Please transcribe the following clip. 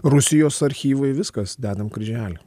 rusijos archyvai viskas dedam kryželį